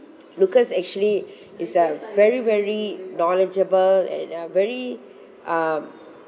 lucas actually is a very very knowledgeable and a very um